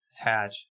attach